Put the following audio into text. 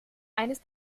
eines